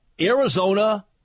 Arizona